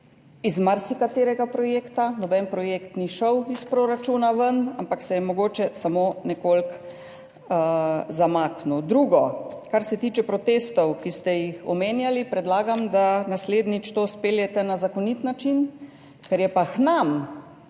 z marsikaterega projekta, noben projekt ni šel iz proračuna ven, ampak se je mogoče samo nekoliko zamaknil. Drugo. Kar se tiče protestov, ki ste jih omenjali, predlagam, da naslednjič to izpeljete na zakonit način, ker je pa nam